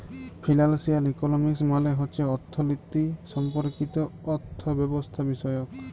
financial economics মালে হছে অথ্থলিতি সম্পর্কিত অথ্থব্যবস্থাবিষয়ক